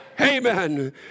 Amen